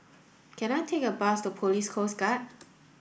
can I take a bus to Police Coast Guard